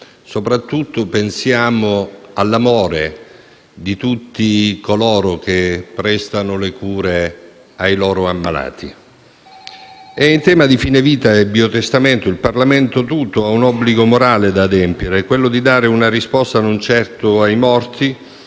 soprattutto pensiamo all'amore di tutti coloro che prestano le cure ai loro ammalati. In tema di fine vita e di biotestamento, il Parlamento tutto ha un obbligo morale da adempiere, che è quello di dare una risposta non certo ai morti